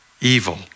evil